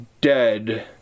dead